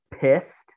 pissed